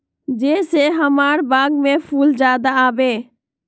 जे से हमार बाग में फुल ज्यादा आवे?